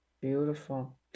Beautiful